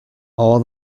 all